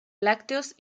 lácteos